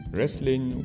Wrestling